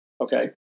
okay